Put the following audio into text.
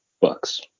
books